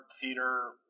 theater